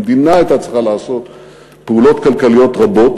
המדינה הייתה צריכה לעשות פעולות כלכליות רבות.